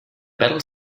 battle